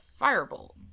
firebolt